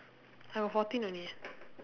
I got fourteen only